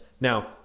Now